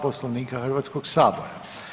Poslovnika Hrvatskog sabora.